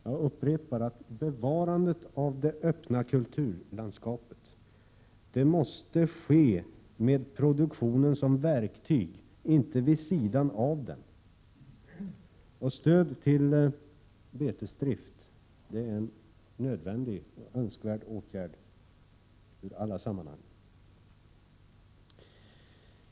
Jag upprepar att bevarandet av det öppna kulturlandskapet måste ske med produktionen som verktyg, inte vid sidan av den. Stöd till betesdrift är en önskvärd och nödvändig åtgärd.